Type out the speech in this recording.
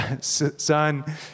son